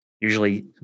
usually